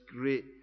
great